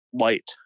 light